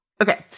Okay